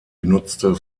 genutzte